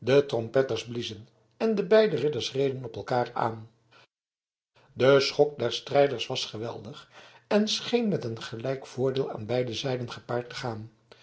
de trompetters bliezen en de beide ridders reden op elkaar aan de schok der strijders was geweldig en scheen met een gelijk voordeel aan beide zijden gepaard te gaan